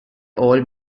all